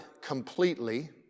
completely